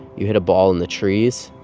you hit a ball in the trees.